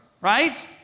right